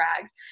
rags